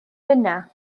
yna